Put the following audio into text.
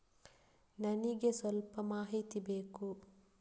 ನನಿಗೆ ಸ್ವಲ್ಪ ಮಾಹಿತಿ ಬೇಕು